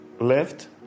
left